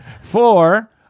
four